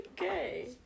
okay